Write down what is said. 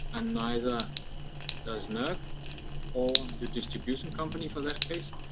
and neither does nerc or the distribution company for that case.